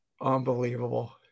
Unbelievable